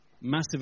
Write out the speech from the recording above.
Massive